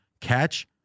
catch